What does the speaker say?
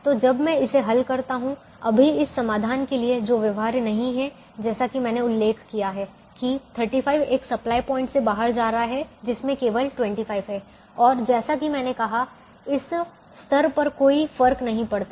तो जब मैं इसे हल करता हूं अभी इस समाधान के लिए जो व्यवहार्य नहीं है जैसा कि मैंने उल्लेख किया है कि 35 एक सप्लाई प्वाइंट से बाहर जा रहा है जिसमें केवल 25 है और जैसा कि मैंने कहा इस स्तर पर कोई फर्क नहीं पड़ता